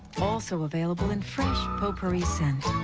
also available in fresh potpourri scent.